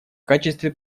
качестве